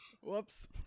Whoops